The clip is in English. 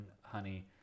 honey